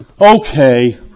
Okay